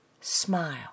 smile